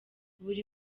buri